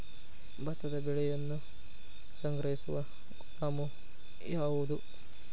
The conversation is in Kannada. ಭತ್ತದ ಬೆಳೆಯನ್ನು ಸಂಗ್ರಹಿಸುವ ಗೋದಾಮು ಯಾವದು?